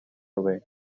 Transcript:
away